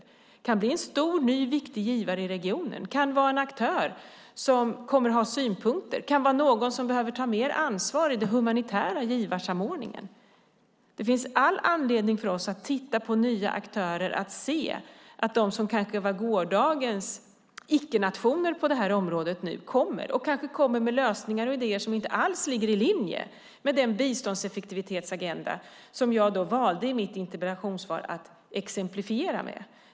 Det kan bli en ny stor och viktig givare i regionen. Det kan vara en aktör som kommer att ha synpunkter och som behöver ta mer ansvar i den humanitära givarsamordningen. Det finns all anledning för oss att titta på nya aktörer. Gårdagens icke-nationer på det här området kommer kanske nu med lösningar och idéer som inte alls ligger i linje med den biståndseffektivitetsagenda som jag valde att exemplifiera med i mitt interpellationssvar.